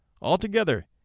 Altogether